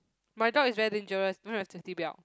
my dog is very dangerous don't have safety belt